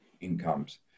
incomes